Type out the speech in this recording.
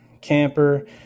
camper